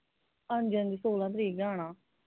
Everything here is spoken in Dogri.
हांजी हांजी सोलां तरीक गै आना